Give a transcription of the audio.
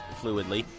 fluidly